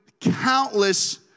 countless